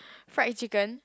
fried chicken